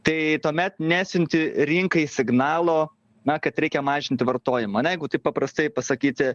tai tuomet nesiunti rinkai signalo na kad reikia mažinti vartojimą ane jeigu taip paprastai pasakyti